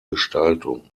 gestaltung